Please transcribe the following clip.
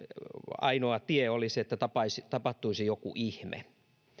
ainoa tie olisi että tapahtuisi tapahtuisi joku ihme